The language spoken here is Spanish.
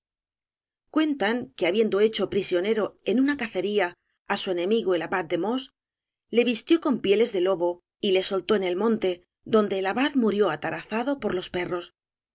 cuentan que habiendo hecho prisionero en una cacería á su enemigo el abad de mos le vistió con pieles de lobo y le soltó en el monte donde el abad murió atarazado por los perros